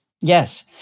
Yes